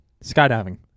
skydiving